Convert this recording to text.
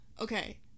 Okay